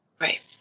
Right